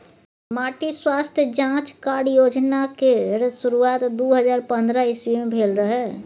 माटि स्वास्थ्य जाँच कार्ड योजना केर शुरुआत दु हजार पंद्रह इस्बी मे भेल रहय